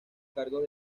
cargos